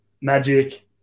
Magic